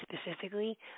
specifically